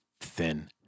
thin